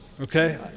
okay